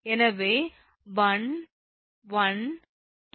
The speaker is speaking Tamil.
எனவே 1 12